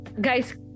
guys